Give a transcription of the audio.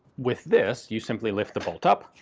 with this you simply lift the bolt up,